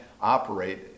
operate